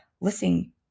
listening